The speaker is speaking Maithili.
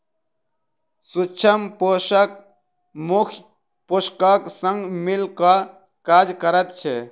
सूक्ष्म पोषक मुख्य पोषकक संग मिल क काज करैत छै